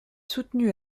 soutenu